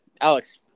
Alex